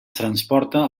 transporta